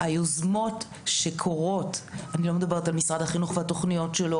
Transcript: היוזמות שקורות אני לא מדברת על משרד החינוך והתכניות שלו,